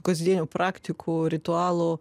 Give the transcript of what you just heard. kasdienių praktikų ritualų